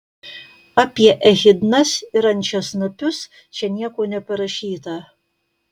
apie echidnas ir ančiasnapius nieko čia neparašyta